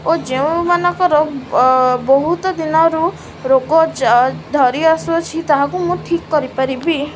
ଓ ଯେଉଁମାନଙ୍କର ବହୁତ ଦିନରୁ ରୋଗ ଧରି ଆସୁଛି ତାହାକୁ ମୁଁ ଠିକ୍ କରିପାରିବି